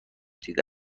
دیده